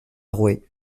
rouet